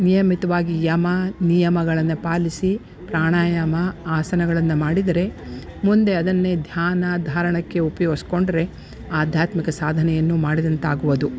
ನಿಯಮಿತವಾಗಿ ಯಮ ನಿಯಮಗಳನ್ನು ಪಾಲಿಸಿ ಪ್ರಾಣಾಯಾಮ ಆಸನಗಳನ್ನು ಮಾಡಿದರೆ ಮುಂದೆ ಅದನ್ನೇ ಧ್ಯಾನ ಧಾರಣಕ್ಕೆ ಉಪ್ಯೋಗಿಸ್ಕೊಂಡರೆ ಆಧ್ಯಾತ್ಮಿಕ ಸಾಧನೆಯನ್ನು ಮಾಡಿದಂತಾಗುವದು